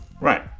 Right